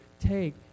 take